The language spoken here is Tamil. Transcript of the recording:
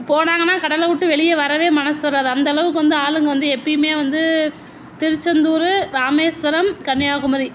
போனாங்கன்னா கடலை விட்டு வெளியே வரவே மனசு வராது அந்த அளவுக்கு வந்து ஆளுங்க வந்து எப்போயுமே வந்து திருச்சந்தூர் ராமேஸ்வரம் கன்னியாகுமரி